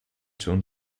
schon